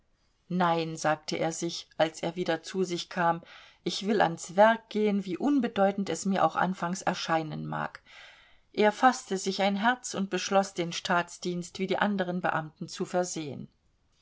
nein sagte er sich als er wieder zu sich kam ich will ans werk gehen wie unbedeutend es mir auch anfangs erscheinen mag er faßte sich ein herz und beschloß den staatsdienst wie die anderen beamten zu versehen